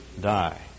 die